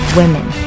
women